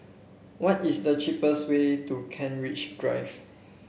what is the cheapest way to Kent Ridge Drive